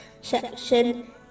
section